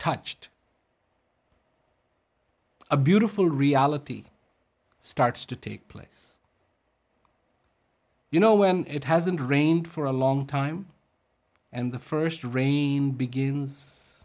touched a beautiful reality starts to take place you know when it hasn't rained for a long time and the first rain begins